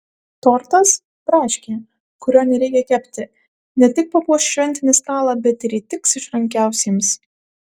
tortas braškė kurio nereikia kepti ne tik papuoš šventinį stalą bet ir įtiks išrankiausiems